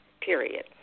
period